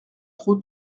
trop